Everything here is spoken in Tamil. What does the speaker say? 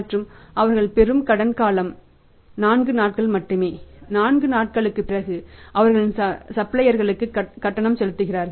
மற்றும் அவர்கள் பெறும் கடன் காலம் 4 நாட்கள் மட்டுமே 4 நாட்களுக்குப் பிறகு அவர்களின் சப்ளையர்களுக்கு கட்டணம் செலுத்துகிறார்கள்